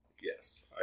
Yes